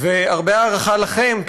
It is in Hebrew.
והרבה הערכה לכם,